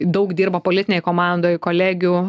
daug dirba politinėj komandoj kolegių